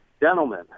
gentlemen